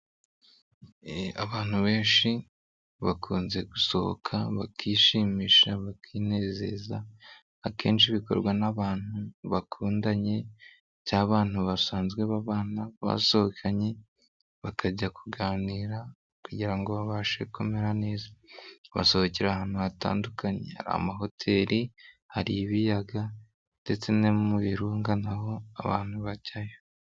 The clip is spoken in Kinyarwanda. Abantu benshi bakunze gusohoka, bakishimisha, bakinezeza akenshi bikorwa n'abantu bakundanye usanga abantu basanzwe babana basohokana bakajya kuganira kugirango ngo babashe kumera neza basohokera ahantu hatandukanye nko: mu mahoteli, ibiyaga no mu birunga.